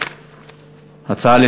כל